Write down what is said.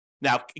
Now